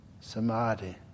samadhi